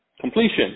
completion